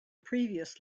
previous